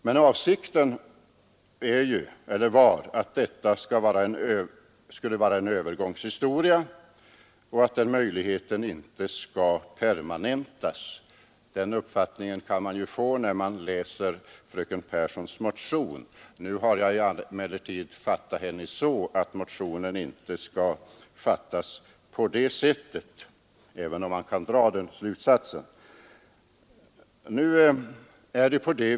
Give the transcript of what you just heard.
Men avsikten var att detta skulle vara en övergångshistoria och inte att denna möjlighet skulle permanentas; den uppfattningen kan man få när man läser fröken Pehrssons motion. Nu har jag emellertid förstått henne så att motionen inte skall uppfattas på det sättet, även om man kan dra den slutsatsen.